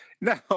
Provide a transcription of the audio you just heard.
No